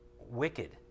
wicked